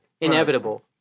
inevitable